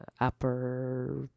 upper